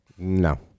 No